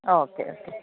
okay okay